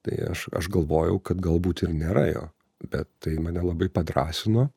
tai aš aš galvojau kad galbūt ir nėra jo bet tai mane labai padrąsino